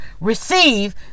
receive